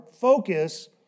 focus